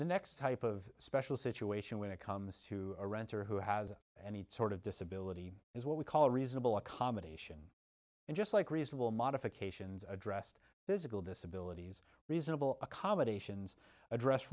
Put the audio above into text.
the next type of special situation when it comes to a renter who has any sort of disability is what we call reasonable accommodation and just like reasonable modifications addressed this it will disability reasonable accommodations address